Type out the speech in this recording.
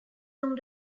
dent